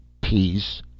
Peace